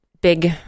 big